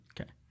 Okay